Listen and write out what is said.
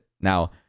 now